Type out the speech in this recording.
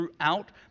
throughout